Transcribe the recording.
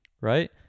Right